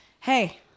Hey